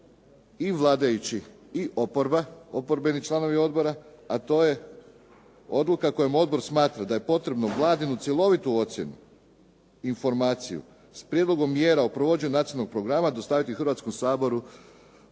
i vladajući i oporba, oporbeni članovi odbora, a to je odluka kojom odbor smatra da je potrebno Vladinu cjelovitu ocjenu, informaciju s prijedlogom mjera o provođenju nacionalnog programa dostaviti Hrvatskom saboru